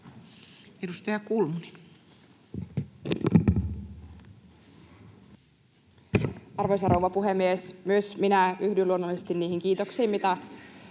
Edustaja Kulmuni. Arvoisa rouva puhemies! Myös minä yhdyn luonnollisesti niihin kiitoksiin, mitä